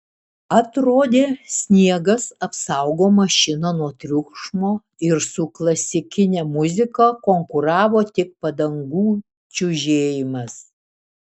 atrodė sniegas apsaugo mašiną nuo triukšmo ir su klasikine muzika konkuravo tik padangų čiužėjimas